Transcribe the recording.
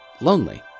lonely